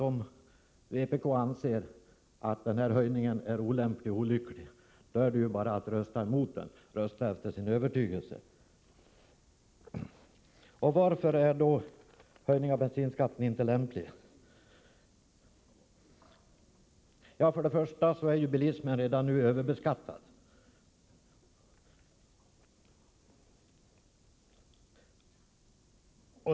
Om vpk anser att den här höjningen är olämplig och olycklig, då kan man rösta emot den och rösta efter sin övertygelse — svårare än så är det inte. Varför är höjningen av bensinskatten inte lämplig? Först och främst är bilismen redan nu överbeskattad.